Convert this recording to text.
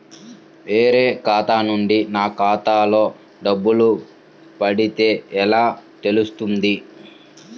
వేరే ఖాతా నుండి నా ఖాతాలో డబ్బులు పడితే ఎలా తెలుస్తుంది?